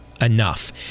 enough